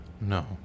No